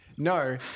No